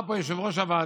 אמר פה יושב-ראש הוועדה